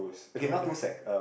to